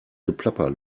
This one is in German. geplapper